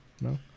No